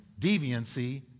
deviancy